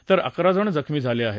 तर अकरा जण जखमी झाले आहेत